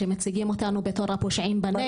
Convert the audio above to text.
שמציגים אותנו בתור פושעים בנגב.